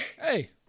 hey